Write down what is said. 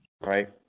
Right